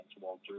Walter